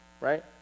Right